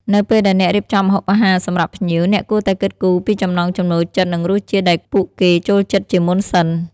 នៅពេលដែលអ្នករៀបចំម្ហូបអាហារសម្រាប់ភ្ញៀវ អ្នកគួរតែគិតគូរពីចំណង់ចំណូលចិត្តនិងរសជាតិដែលពួកគេចូលចិត្តជាមុនសិន។